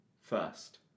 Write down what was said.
first